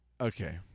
Okay